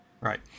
Right